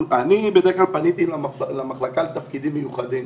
בדרך כלל פניתי למחלקה לתפקידים מיוחדים